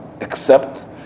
accept